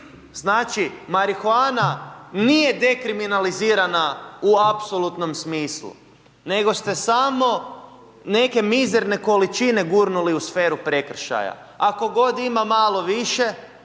Znači marihuana nije dekriminalizirana u apsolutnom smislu nego ste samo neke mizerne količine gurnuli u sferu prekršaja a tko god ima malo više,